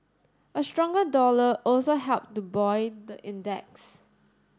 a stronger dollar also helped to buoy the index